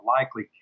likely